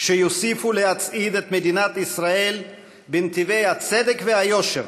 שיוסיפו להצעיד את מדינת ישראל בנתיבי הצדק והיושר